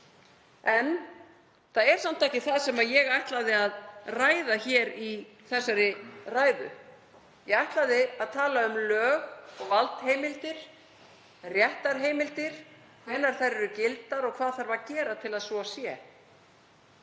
En það er samt ekki það sem ég ætlaði að ræða hér í þessari ræðu. Ég ætlaði að tala um lög og valdheimildir, réttarheimildir, hvenær þær eru gildar og hvað þarf að gera til að svo sé.